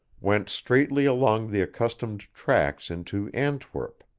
went straightly along the accustomed tracks into antwerp.